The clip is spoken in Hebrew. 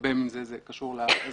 והרבה מזה קשור ל-